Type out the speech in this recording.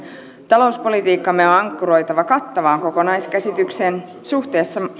talouspolitiikkamme on ankkuroitava kattavaan kokonaiskäsitykseen suhteessa